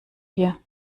hier